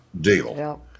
deal